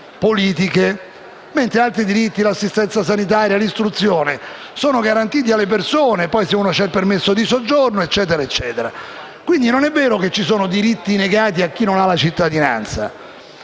politiche mentre altri diritti, come l'assistenza sanitaria o l'istruzione, sono garantiti alle persone. Poi si deve considerare il permesso di soggiorno e quant'altro. Quindi non è vero che ci sono diritti negati a chi non ha la cittadinanza.